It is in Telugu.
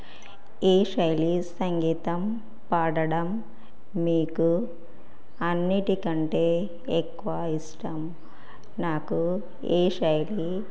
ఏ శైలి సంగీతం పాడడం మీకు అన్నిటికంటే ఎక్కువ ఇష్టం నాకు ఏ శైలి